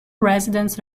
residents